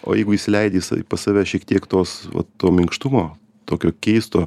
o jeigu įsileidi pas save šiek tiek tos va to minkštumo tokio keisto